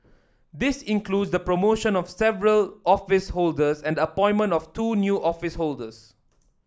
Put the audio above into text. this includes the promotion of several office holders and the appointment of two new office holders